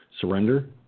surrender